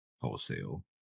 Wholesale